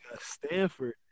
Stanford